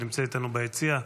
שנמצאת איתנו ביציע.